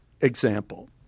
Example